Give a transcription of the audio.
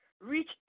Reach